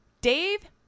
Dave